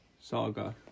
saga